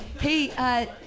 Hey